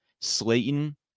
Slayton